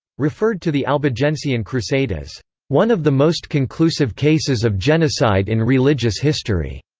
referred to the albigensian crusade as one of the most conclusive cases of genocide in religious history.